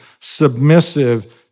submissive